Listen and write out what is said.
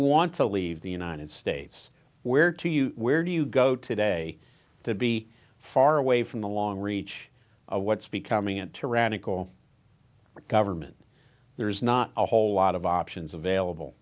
want to leave the united states where to you where do you go today to be far away from the long reach of what's becoming a tyrannical government there's not a whole lot of options available